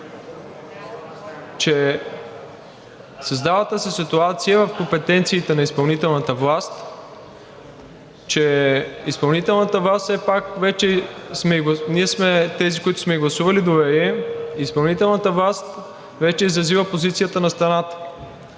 че създалата се ситуация е в компетенциите на изпълнителната власт, че изпълнителната власт – все пак ние сме тези, които сме ѝ гласували доверие, вече е изразила позицията на страната.